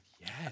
Yes